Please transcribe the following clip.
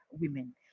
women